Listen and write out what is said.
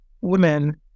women